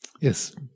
Yes